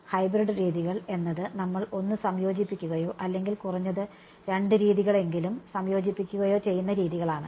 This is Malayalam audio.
ഹൈബ്രിഡ് രീതികൾ എന്നത് നമ്മൾ ഒന്ന് സംയോജിപ്പിക്കുകയോ അല്ലെങ്കിൽ കുറഞ്ഞത് രണ്ട് രീതികളെങ്കിലും സംയോജിപ്പിക്കുകയോ ചെയ്യുന്ന രീതികളാണ്